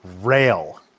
rail